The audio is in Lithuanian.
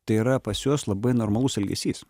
tai yra pas juos labai normalus elgesys